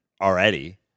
already